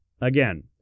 again